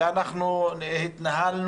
כי אנחנו התנהלנו,